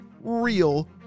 real